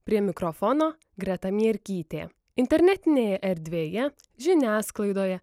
prie mikrofono greta mierkytė internetinėje erdvėje žiniasklaidoje